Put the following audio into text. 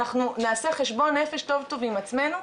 אנחנו נעשה חשבון נפש טוב טוב עם עצמנו,